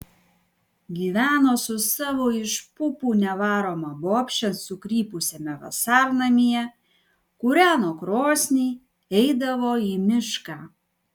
gyveno su savo iš pupų nevaroma bobše sukrypusiame vasarnamyje kūreno krosnį eidavo į mišką